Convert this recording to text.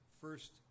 first